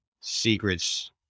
secrets